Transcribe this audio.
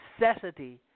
necessity